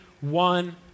one